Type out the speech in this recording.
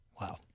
Wow